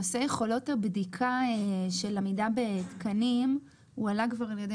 נושא יכולות הבדיקה של עמידה בתקנים הועלה כבר על ידי